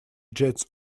jets